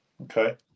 Okay